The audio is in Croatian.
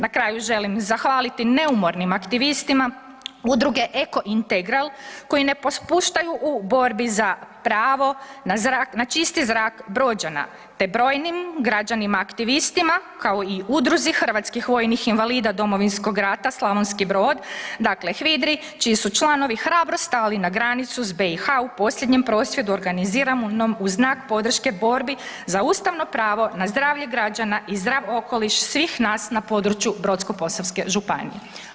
Na kraju želim zahvaliti neumornim aktivistima udruge „Eko integral“ koji ne popuštaju u borbu za pravo na zrak, na čisti zrak Brođana te brojnim građanima aktivistima kao i udruzi „HRVI Domovinskog rata, Slavonski Brod“ dakle HVIDRI čiji su članovi hrabro stali na granicu s BiH u posljednjem prosvjedu organiziranom u znak podrške borbi za ustavno pravo na zdravlja građana i zdrav okoliš svih nas na području Brodsko-posavske županije.